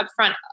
upfront